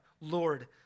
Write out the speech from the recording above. Lord